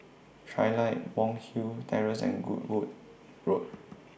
Trilight Monk's Hill Terrace and Goodwood Road